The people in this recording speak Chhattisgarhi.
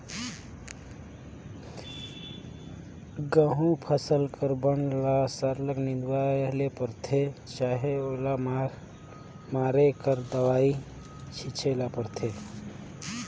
गहूँ फसिल कर बन ल सरलग निंदवाए ले परथे चहे ओला मारे कर दवई छींचे ले परथे